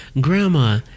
Grandma